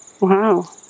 Wow